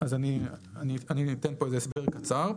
אני אתן פה איזה הסבר קצר.